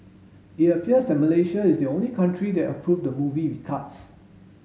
it appears that Malaysia is the only country that approved the movie with cuts